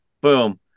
Boom